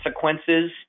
consequences